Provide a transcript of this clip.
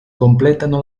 completano